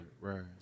right